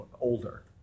older